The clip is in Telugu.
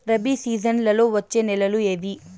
రబి సీజన్లలో వచ్చే నెలలు ఏవి?